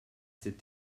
s’est